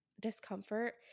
discomfort